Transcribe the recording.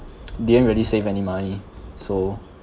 didn't really save any money so